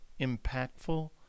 impactful